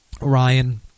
Ryan